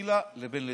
לכתחילה לבין בדיעבד,